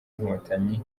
inkotanyi